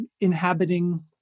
inhabiting